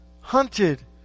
Hunted